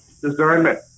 discernment